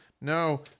No